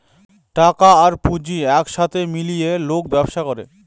টাকা আর পুঁজি এক সাথে মিলিয়ে লোক ব্যবসা করে